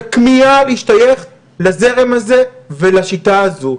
וכמיהה להשתייך לזרם הזה ולשיטה הזו.